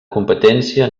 competència